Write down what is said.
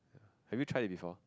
have you tried it before